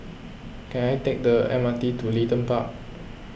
can I take the M R T to Leedon Park